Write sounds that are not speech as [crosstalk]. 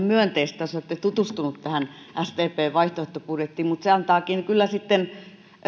[unintelligible] myönteistä että olette tutustunut tähän sdpn vaihtoehtobudjettiin mutta se antaakin kyllä sitten